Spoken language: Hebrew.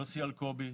יוסי אלקובין,